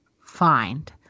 find